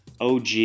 OG